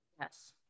Yes